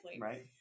right